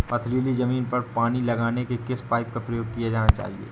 पथरीली ज़मीन पर पानी लगाने के किस पाइप का प्रयोग किया जाना चाहिए?